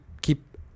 keep